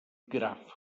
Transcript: graf